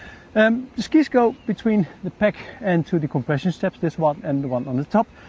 um the skis go between the pack and through the compression straps. this one and the one on the top,